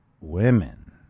women